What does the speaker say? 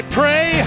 pray